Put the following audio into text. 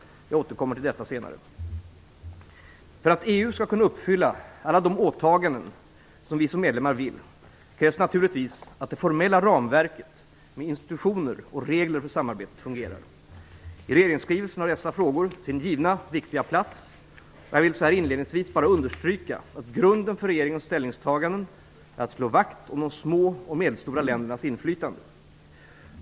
Jag återkommer till detta senare. För att EU skall kunna uppfylla alla de åtaganden som vi som medlemmar vill krävs det naturligtvis att det formella ramverket med institutioner och regler för samarbetet fungerar. I regeringsskrivelsen har dessa frågor sin givna viktiga plats, och jag vill så här inledningsvis bara understryka att grunden för regeringens ställningstaganden är att slå vakt om de små och medelstora ländernas inflytande.